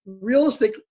realistic